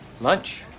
lunch